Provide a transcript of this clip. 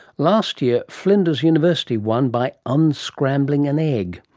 last year flinders university won by unscrambling an egg.